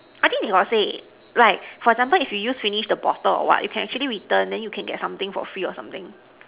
I think they got say like for example if you use finish the bottle or what you can actually return then you can get something for free or something